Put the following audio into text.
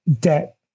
debt